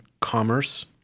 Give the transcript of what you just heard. commerce